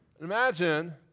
Imagine